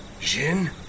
Jin